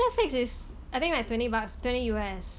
Netflix I think like twenty bucks twenty U_S